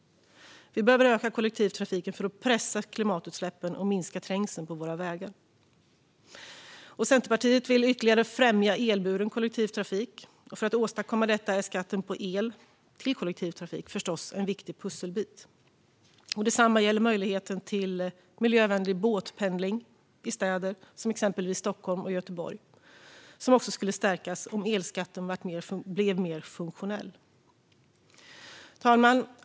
Vi behöver öka kollektivtrafiken för att pressa tillbaka klimatutsläppen och minska trängseln på våra vägar. Centerpartiet vill ytterligare främja elburen kollektivtrafik, och för att åstadkomma detta är skatten på el till kollektivtrafik förstås en viktig pusselbit. Detsamma gäller möjligheten till miljövänlig båtpendling i städer som Stockholm och Göteborg, vilken också skulle stärkas om elskatten blev mer funktionell. Fru talman!